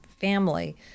family